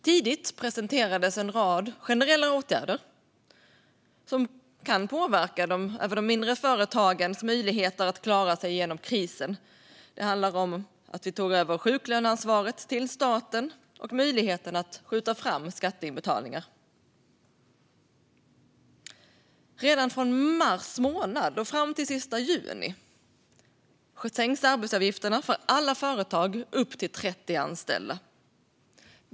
Tidigt presenterades en rad generella åtgärder som kan påverka även de mindre företagens möjligheter att klara sig genom krisen, till exempel att staten tog över sjuklöneansvaret och att det gavs möjlighet att skjuta fram skatteinbetalningar. Redan från mars månad och fram till och med den 30 juni sänks arbetsgivaravgifterna för alla företag med upp till 30 anställda.